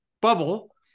bubble